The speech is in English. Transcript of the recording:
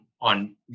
on